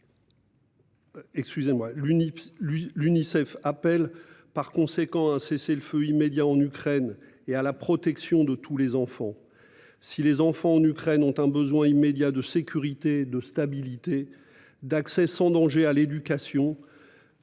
L'Unicef appelle par conséquent à un cessez-le-feu immédiat en Ukraine et à la protection de tous les enfants. Si les enfants en Ukraine ont un besoin immédiat de sécurité, de stabilité, d'accès sans danger à l'éducation,